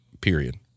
Period